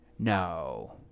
No